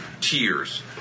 tears